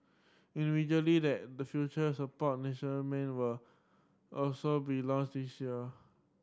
individually that the further support national men will also be launched this year